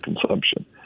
consumption